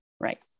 Right